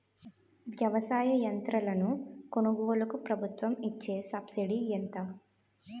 వ్యవసాయ యంత్రాలను కొనుగోలుకు ప్రభుత్వం ఇచ్చే సబ్సిడీ ఎంత?